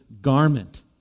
garment